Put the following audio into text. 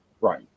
Right